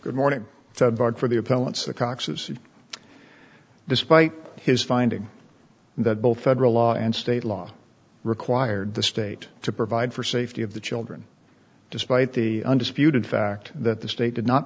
good morning to avoid for the appellants the coxes despite his finding that both federal law and state law required the state to provide for safety of the children despite the undisputed fact that the state did not